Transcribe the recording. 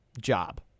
job